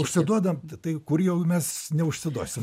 užsiduodam tai kur jau mes neužsiduosim